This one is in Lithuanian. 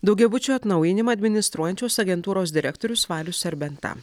daugiabučių atnaujinimą administruojančios agentūros direktorius valius serbenta